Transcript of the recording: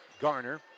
Garner